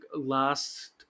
last